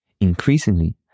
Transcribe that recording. Increasingly